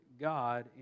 God